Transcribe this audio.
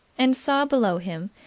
and saw below him,